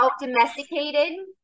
Domesticated